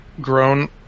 grown